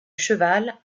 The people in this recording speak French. cheval